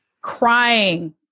Crying